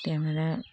त्यहाँबाट